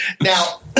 Now